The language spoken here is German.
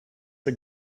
der